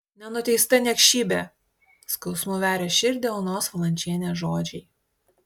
nenuteista niekšybė skausmu veria širdį onos valančienės žodžiai